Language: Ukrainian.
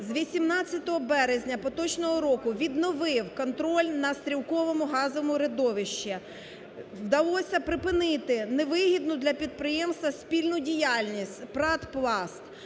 з 18 березня поточного року відновив контроль на Стрілковому газовому родовищі. Вдалося припинити невигідну для підприємства спільну діяльність ПрАТ